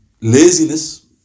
laziness